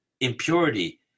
impurity